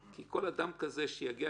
כל אדם כזה שיגיע